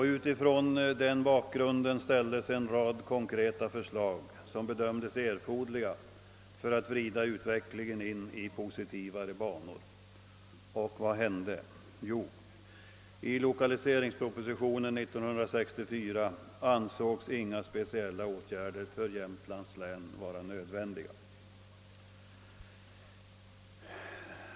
Mot den bakgrunden ställdes en rad konkreta förslag om vad som bedömdes erforderligt för att vrida utvecklingen in i positivare banor. Och vad hände? Jo, i lokaliseringspropositionen 1964 ansågs inga speciella åtgärder vara nödvändiga för Jämtlands län.